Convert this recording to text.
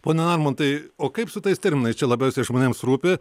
pone narmontai o kaip su tais terminais čia labiausiai žmonėms rūpi